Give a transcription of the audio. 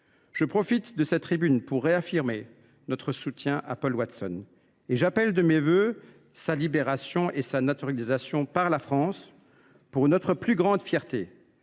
Je profite de cette tribune pour réaffirmer notre soutien à Paul Watson. J’appelle de mes vœux sa libération et sa naturalisation par la France, pour notre plus grande fierté.